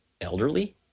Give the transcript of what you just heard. elderly